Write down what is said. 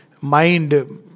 mind